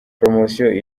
promotion